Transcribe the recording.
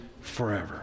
forever